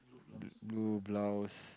blu~ blue blouse